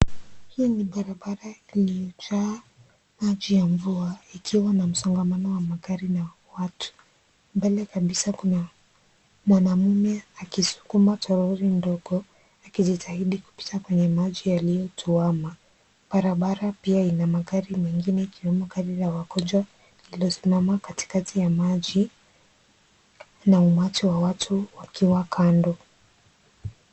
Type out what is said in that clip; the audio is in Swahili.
Hii ni barabara iliyojaa maji ya mvua ikiwa na msongamano wa magari na watu. Mbele kabisa kuna mwanamme akisukuma toroli ndogo akijitahidi kupita kwenye maji yaliyotuama. Barabara pia ina magari mengine ikiwemo gari la wagonjwa lililosimama katikati ya maji na umati wa watu wakiwa kando.